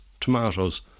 tomatoes